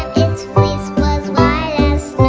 its fleece was white as